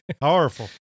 Powerful